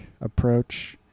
approach